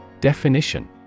Definition